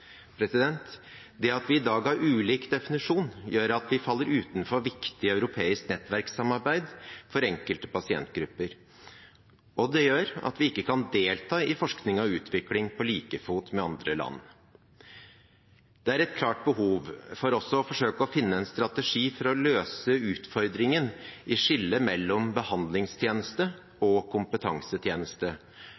At vi i dag har ulik definisjon, gjør at vi faller utenfor viktige europeiske nettverkssamarbeid for enkelte pasientgrupper. Det gjør at vi ikke kan delta i forskning og utvikling på like fot med andre land. Det er et klart behov for også å forsøke å finne en strategi for å løse utfordringen i skillet mellom behandlingstjeneste